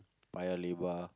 Paya-Lebar